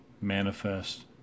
Manifest